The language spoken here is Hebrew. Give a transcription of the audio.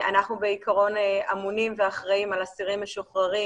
אנחנו בעיקרון אמונים ואחראים על אסירים משוחררים